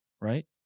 right